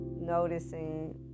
noticing